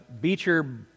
Beecher